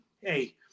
hey